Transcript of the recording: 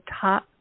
top –